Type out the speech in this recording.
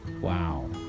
Wow